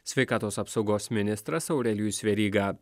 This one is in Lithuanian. sveikatos apsaugos ministras aurelijus veryga